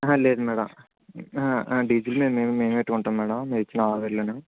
లేదు madam diesel మేం మేము పెట్టుకుంటాము మేడం మీరు ఇచ్చిన ఆరు వేలలోనే